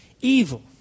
evil